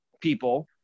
people